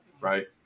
Right